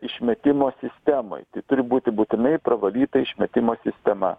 išmetimo sistemoj tai turi būti būtinai pravalyta išmetimo sistema